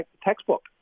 textbook